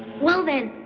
well then,